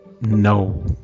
no